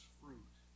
fruit